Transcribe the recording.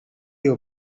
you